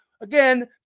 Again